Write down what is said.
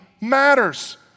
matters